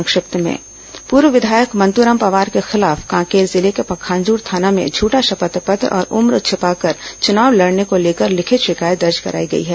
संक्षिप्त समाचार पूर्व विधायक मंतूराम पवार के खिलाफ कांकेर जिले के पखांजूर थाना में झूठा शपथ पत्र और उम्र छिपाकर चुनाव लड़ने को लेकर लिखित शिकायत दर्ज कराई गई है